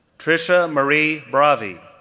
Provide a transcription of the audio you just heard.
trichia marie bravi,